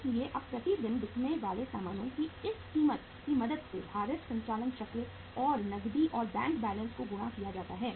इसलिए अब प्रति दिन बिकने वाले सामानों की इस कीमत की मदद से भारित संचालन चक्र और नकदी और बैंक बैलेंस को गुणा किया जाता है